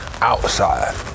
outside